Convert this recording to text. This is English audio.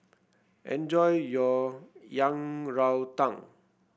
enjoy your Yang Rou Tang